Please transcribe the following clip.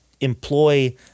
employ